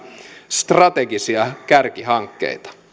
strategisia kärkihankkeita